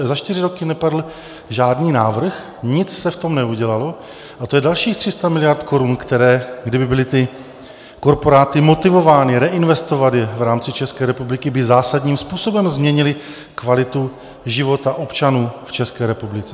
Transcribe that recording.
Za čtyři roky nepadl žádný návrh, nic se v tom neudělalo a to je dalších 300 miliard korun, které kdyby byly ty korporáty motivovány reinvestovat je v rámci České republiky, by zásadním způsobem změnily kvalitu života občanů v České republice.